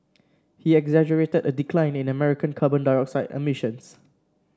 he exaggerated a decline in American carbon dioxide emissions